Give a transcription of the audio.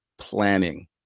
planning